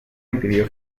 impidió